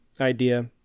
idea